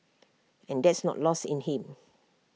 and that's not lost in him